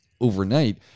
overnight